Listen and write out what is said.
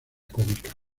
cómica